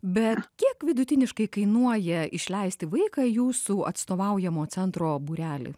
bet kiek vidutiniškai kainuoja išleisti vaiką jūsų atstovaujamo centro būrelį